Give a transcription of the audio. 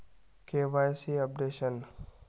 KYC updation?